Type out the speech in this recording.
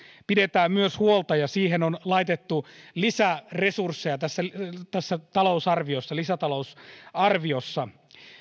pidetään myös huolta ja siihen on laitettu lisäresursseja tässä tässä lisäta lousarviossa